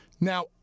Now